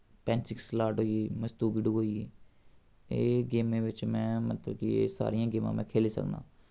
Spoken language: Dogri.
पैंचिक स्लाट होई गेई मुस्तुकगुड होई गेई एह् गेमें बिच्च में मतलब कि एह् सारियां गेमां में खेली सकनां